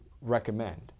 recommend